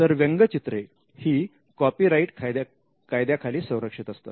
तर व्यंगचित्रे ही कॉपीराइट कायद्याखाली संरक्षित असतात